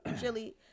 Chili